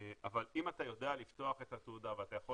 אבל אם אתה יודע לפתוח את התעודה ואתה יכול